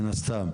מן הסתם.